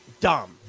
Dumb